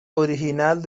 original